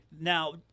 Now